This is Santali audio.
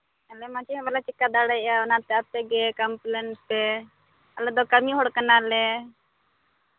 ᱟᱞᱮ ᱢᱟ ᱪᱮᱫ ᱦᱚᱸ ᱵᱟᱞᱮ ᱪᱮᱠᱟ ᱫᱟᱲᱮᱭᱟᱜᱼᱟ ᱚᱱᱟᱛᱮ ᱟᱯᱮ ᱜᱮ ᱠᱚᱢᱯᱞᱮᱱ ᱯᱮ ᱟᱞᱮ ᱫᱚ ᱠᱟᱹᱢᱤ ᱦᱚᱲ ᱠᱟᱱᱟᱞᱮ